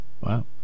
Wow